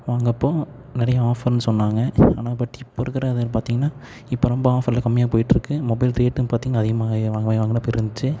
வாங்கறப்போ நிறையா ஆஃபர்னு சொன்னாங்க ஆனால் பட் இப்போ இருக்கிறது பார்த்திங்கனா இப்போ ரொம்ப ஆஃபர்ல கம்மியாக போயிகிட்ருக்கு மொபைல் ரேட்டும் பார்த்திங்கனா அதிகமாக நான் வாங்கினப்ப இருந்துச்சு